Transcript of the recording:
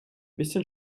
bisschen